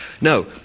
No